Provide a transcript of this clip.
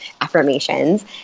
affirmations